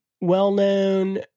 well-known